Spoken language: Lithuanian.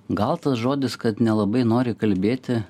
gal tas žodis kad nelabai nori kalbėti